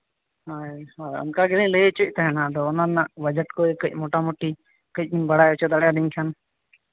ᱦᱳᱭ ᱦᱳᱭ ᱚᱱᱠᱟ ᱜᱮᱞᱤᱧ ᱞᱟᱹᱭ ᱦᱚᱪᱚᱭᱮᱫ ᱛᱟᱦᱮᱱ ᱟᱫᱚ ᱚᱱᱟ ᱨᱮᱱᱟᱜ ᱵᱟᱡᱮᱴ ᱠᱚ ᱠᱟᱹᱡ ᱢᱳᱴᱟᱢᱩᱴᱤ ᱠᱟᱹᱡ ᱵᱤᱱ ᱵᱟᱲᱟᱭ ᱦᱚᱪᱚ ᱫᱟᱲᱮᱭᱟᱞᱤᱧ ᱠᱷᱟᱱ